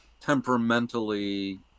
temperamentally